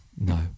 No